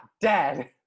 dead